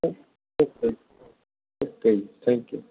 okay okay okay ਜੀ thank you